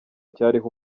cyariho